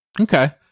Okay